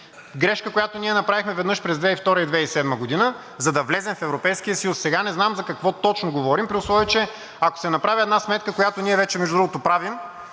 Грешка, която ние направихме през 2002-а и 2007 г., за да влезем в Европейския съюз. Сега не знам за какво точно говорим, при условие че, ако се направи една сметка, която ние вече, между другото, правим,